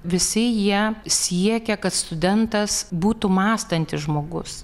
visi jie siekė kad studentas būtų mąstantis žmogus